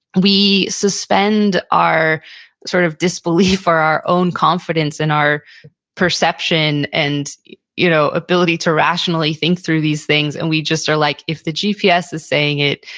we suspend our sort of disbelief or our own confidence in our perception and you know ability to rationally think through these things. and we just are like, if the gps is saying it,